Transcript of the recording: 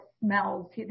smells